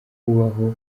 kubaho